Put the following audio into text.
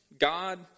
God